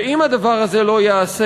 אם הדבר הזה לא ייעשה,